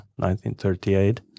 1938